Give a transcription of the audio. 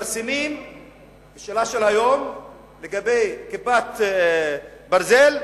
מפרסמים שאלה של היום לגבי "כיפת ברזל",